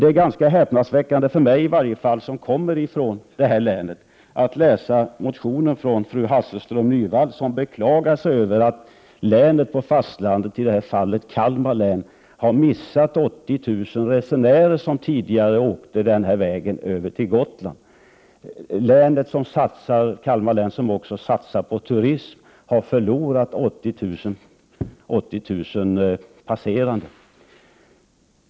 Det är ganska häpnadsväckande, i varje fall för mig som kommer från detta län, att läsa motionen från fru Hasselström Nyvall, som beklagar sig över att Kalmar län har missat 80 000 resenärer som tidigare åkte den vägen till Gotland. Kalmar län, som också satsar på turism, har förlorat 80 000 passerande.